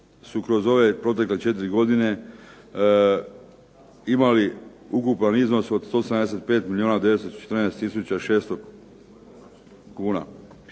su kroz ove protekle četiri godine imali ukupan iznos od 175 milijuna 914 tisuća 600 kuna.